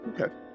Okay